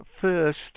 first